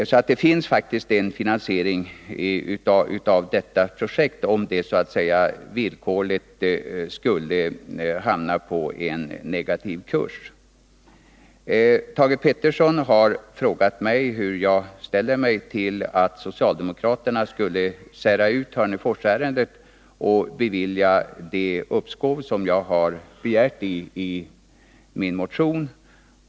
Det finns alltså faktiskt en finansiering av detta projekt, om det så att säga skulle hamna på en negativ kurs. Thage Peterson har frågat mig hur jag ställer mig till att socialdemokraterna särar ut Hörneforsärendet och i den saken yrkar på det uppskov som jag har begärt i min motion.